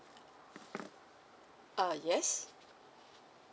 uh yes